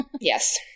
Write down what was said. yes